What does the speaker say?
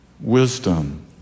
wisdom